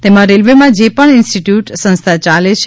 તેમા રેલ્વેમાં જે પણ ઇન્સ્ટીટ્યુ સંસ્થા ચાલે છે